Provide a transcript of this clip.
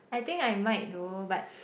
I think I might though but